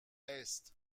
est